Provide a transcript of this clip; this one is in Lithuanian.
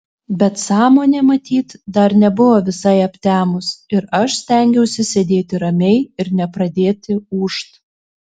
bet sąmonė matyt dar nebuvo visai aptemus ir aš stengiausi sėdėti ramiai ir nepradėti ūžt